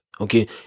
okay